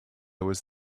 was